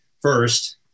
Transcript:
first